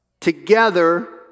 Together